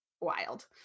wild